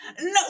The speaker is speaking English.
no